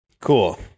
Cool